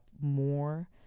more